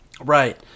Right